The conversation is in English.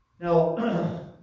Now